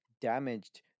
damaged